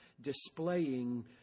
displaying